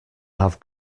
have